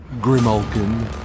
Grimalkin